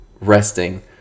resting